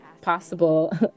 possible